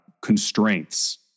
constraints